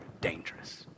dangerous